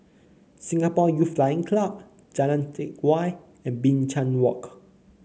Singapore Youth Flying Club Jalan Teck Whye and Binchang Walk